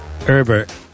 Herbert